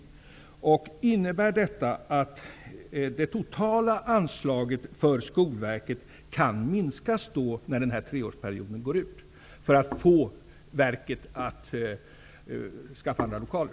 Jag skulle vilja fråga: Innebär detta att det totala anslaget för Skolverket kan minskas när den här treårsperioden går ut -- för att man skall få verket att skaffa andra lokaler?